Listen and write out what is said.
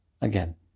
Again